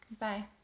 Bye